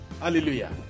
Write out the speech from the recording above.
Hallelujah